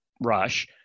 rush